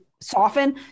soften